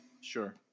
Sure